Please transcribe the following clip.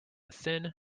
thin